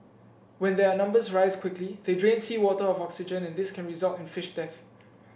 when their numbers rise quickly they drain seawater of oxygen and this can result in fish death